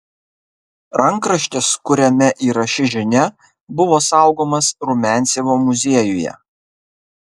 rankraštis kuriame yra ši žinia buvo saugomas rumiancevo muziejuje